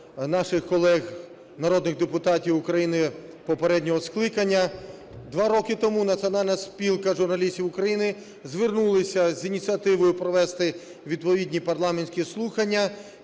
наших колег народних депутатів України попереднього скликання. Два роки тому Національна спілка журналістів України звернулася з ініціативою провести відповідні парламентські слухання.